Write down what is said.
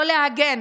לא כדי להגן